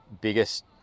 biggest